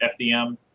FDM